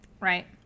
Right